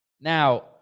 Now